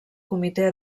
comitè